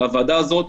מהוועדה הזאת,